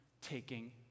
taking